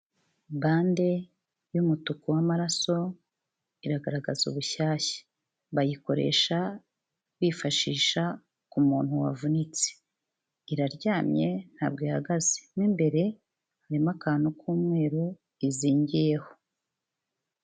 Bande y'umutuku w'amaraso iragaragaza ubushyashya. Bayikoresha bifashisha k'umuntu wavunitse. Iraryamye ntabwo ihagaze, mo imbere harimo akantu k'umweru izingiyeho.